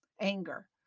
anger